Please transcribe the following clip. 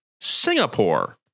Singapore